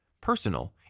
personal